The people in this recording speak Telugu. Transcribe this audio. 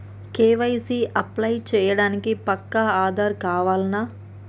కే.వై.సీ అప్లై చేయనీకి పక్కా ఆధార్ కావాల్నా?